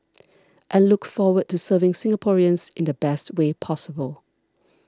and look forward to serving Singaporeans in the best way possible